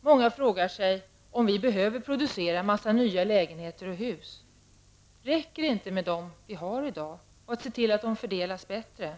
Många frågar sig om vi behöver producera en mängd nya lägenheter och hus. Räcker det inte med dem vi i dag har och att se till att de fördelas bättre?